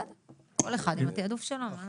בסדר, כל אחד עם התעדוף שלו.